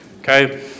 Okay